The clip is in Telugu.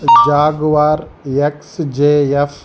Jaguar XJF